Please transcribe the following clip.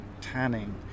tanning